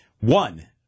one